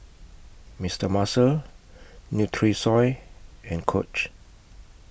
Mister Muscle Nutrisoy and Coach